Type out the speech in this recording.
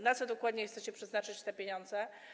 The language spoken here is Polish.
Na co dokładnie chcecie przeznaczyć te pieniądze?